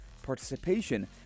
participation